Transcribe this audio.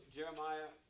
Jeremiah